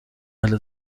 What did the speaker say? اهل